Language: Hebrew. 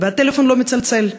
והטלפון לא מצלצל.